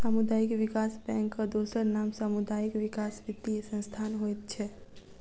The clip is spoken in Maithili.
सामुदायिक विकास बैंकक दोसर नाम सामुदायिक विकास वित्तीय संस्थान होइत छै